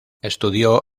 estudió